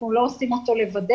אנחנו לא עושים אותו לבדנו.